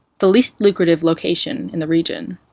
the least lucrative location in the region.